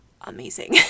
amazing